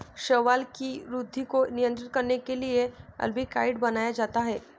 शैवाल की वृद्धि को नियंत्रित करने के लिए अल्बिकाइड बनाया जाता है